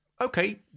okay